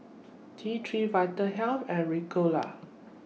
T three Vitahealth and Ricola